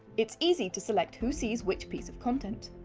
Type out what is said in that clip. it's easy to select who sees which piece of content!